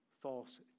false